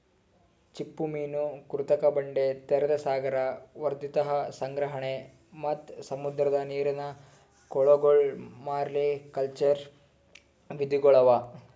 ಚಿಪ್ಪುಮೀನು, ಕೃತಕ ಬಂಡೆ, ತೆರೆದ ಸಾಗರ, ವರ್ಧಿತ ಸಂಗ್ರಹಣೆ ಮತ್ತ್ ಸಮುದ್ರದ ನೀರಿನ ಕೊಳಗೊಳ್ ಮಾರಿಕಲ್ಚರ್ ವಿಧಿಗೊಳ್ ಅವಾ